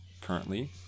currently